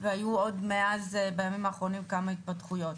והיו מאז בימים האחרונים כמה התפתחויות.